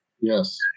Yes